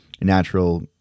natural